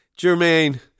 Jermaine